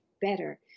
better